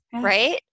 right